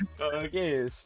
okay